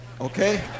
Okay